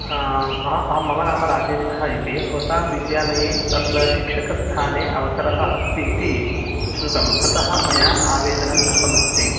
अह अहं मम नाम राजेन्द्रः इति भवतां विद्यालये तत्र शिक्षकस्थाने अवसरः अस्ति इति श्रुतम् अतः मया आवेदनं कृतमस्ति